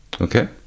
Okay